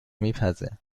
میزه